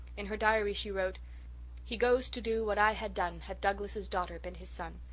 in her diary she wrote he goes to do what i had done had douglas's daughter been his son,